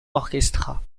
orchestra